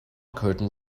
curtain